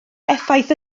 effaith